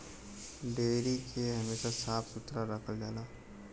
dairy के हमेशा साफ सुथरा रखल जाला